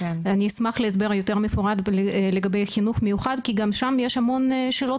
אני אשמח להסבר יותר מפורט לגבי חינוך מיוחד כי גם שם יש המון שאלות,